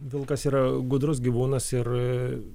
vilkas yra gudrus gyvūnas ir